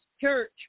church